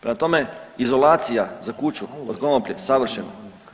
Prema tome, izolacija za kuću od konoplje savršena.